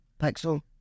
Pixel